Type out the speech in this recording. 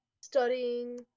Studying